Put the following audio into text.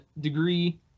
degree